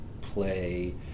play